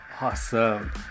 Awesome